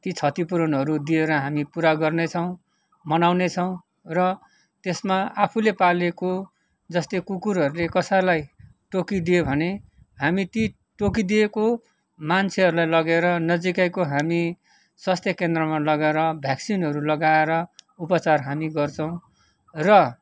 ती क्षतिपूर्णहरू दिएर हामी पुरा गर्ने छौँ मनाउने छौँ र त्यसमा आफुले पालिएको जस्तै कुकुरहरू ले कसैलाई टोकिदियो भने हामी ती टोकिदिएको मान्छेहरूलाई लगेर नजिकैको हामी स्वास्थ्य केन्द्रमा लगेर भ्याक्सिनहरू लगाएर उपचार हामी गर्छौँ र